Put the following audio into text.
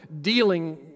dealing